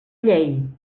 llei